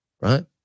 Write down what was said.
right